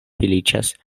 feliĉas